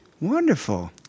Wonderful